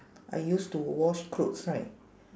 I use to wash clothes right